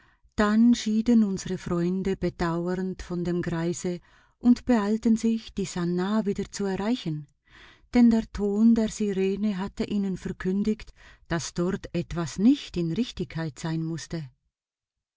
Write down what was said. dann schieden unsre freunde bedauernd von dem greise und beeilten sich die sannah wieder zu erreichen denn der ton der sirene hatte ihnen verkündigt daß dort etwas nicht in richtigkeit sein mußte